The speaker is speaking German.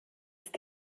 ist